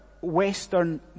Western